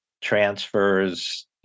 transfers